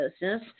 business